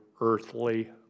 earthly